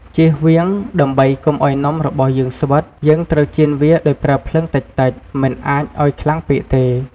ចៀសវាង ដើម្បីកុំឱ្យនំរបស់យើងស្វិត យើងត្រូវចៀនវាដោយប្រើភ្លើងតិចៗ មិនអាចឱ្យខ្លាំងពេកទេ។